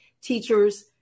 teachers